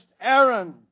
Aaron